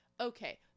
Okay